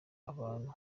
abantu